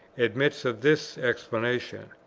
admits of this explanation